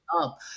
up